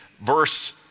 verse